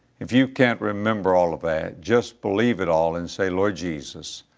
if you can't remember all of that, just believe it all and say, lord jesus,